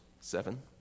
seven